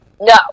No